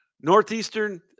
Northeastern